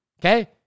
okay